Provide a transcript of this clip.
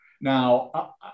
Now